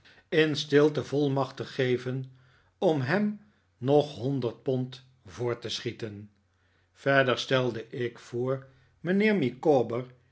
in stilte volmacht te geven om hem nog honderd pond voor te schieten verder stelde ik voor mijnheer